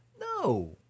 No